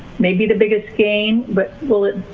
maybe the biggest gain, but will it,